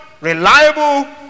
reliable